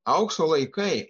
aukso laikai